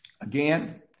again